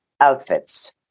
outfits